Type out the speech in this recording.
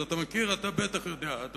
אתה בטח יודע את